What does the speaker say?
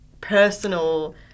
personal